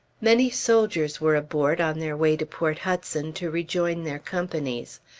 many soldiers were aboard on their way to port hudson to rejoin their companies.